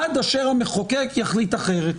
עד אשר המחוקק יחליט אחרת.